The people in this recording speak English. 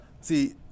See